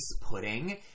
pudding